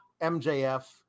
MJF